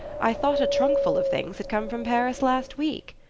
i thought a trunkful of things had come from paris last week.